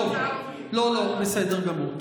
כרגע היא אמרה, לא, לא, בסדר גמור.